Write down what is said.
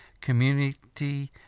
community